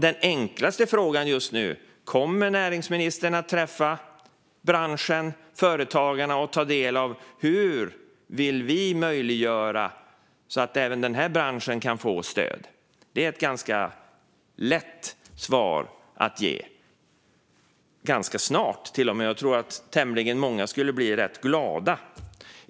Den enklaste frågan just nu är alltså: Kommer näringsministern att träffa branschen och företagen och ta del av hur de vill möjliggöra att även denna bransch kan få stöd? Det är ett svar som är ganska lätt att ge - och ganska snart, till och med. Jag tror att tämligen många skulle bli rätt glada.